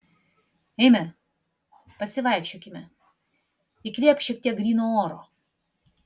eime pasivaikščiokime įkvėpk šiek tiek gryno oro